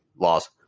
laws